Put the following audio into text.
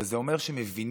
אבל זה אומר שמבינים